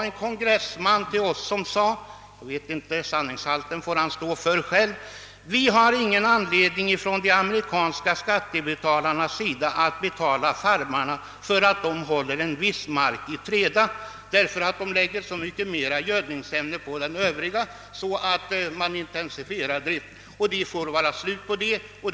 En kongressman sade till oss — sanningshalten i det får han stå för själv — att de amerikanska skattebetalarna inte hade någon anledning att betala farmarna för att de höll en viss mark i träda; de lägger så mycket mera gödningsämnen på den övriga att de på det sättet intensifierar driften, sade han.